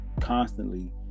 Constantly